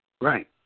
Right